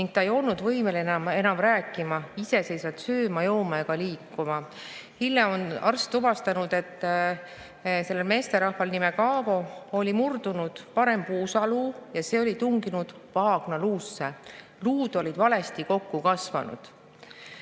ning ta ei olnud võimeline enam rääkima, iseseisvalt sööma, jooma ega liikuma. Hiljem arst tuvastas, et sellel meesterahval nimega Aavo oli murdunud parem puusaluu ja see oli tunginud vaagnaluusse. Luud olid valesti kokku kasvanud.